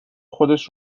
خودش